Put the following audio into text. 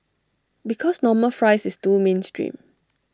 because normal fries is too mainstream